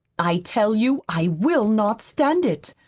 i tell you i will not stand it!